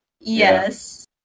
yes